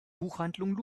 buchhandlung